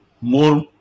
more